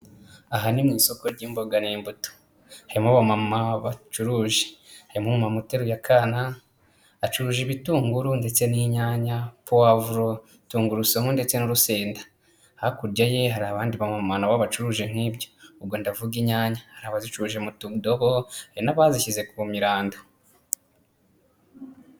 Aha ni mu isoko ry'imboga n'imbuto. Harimo abamama bacuruje. Harimo umumama uteruye akana, acuruje ibitunguru ndetse n'inyanya, puwavuro, tungurusumu ndetse n'urusenda. Hakurya ye hari abandi bamama na bo bacuruje nk'ibyo. Ubwo ndavuga inyanya. Hari abazicuruje mu tudobo, hari n'abazishyize ku miranda.